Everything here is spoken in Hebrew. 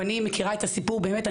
ואני מכירה את הסיפור באמת,